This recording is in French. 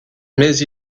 mais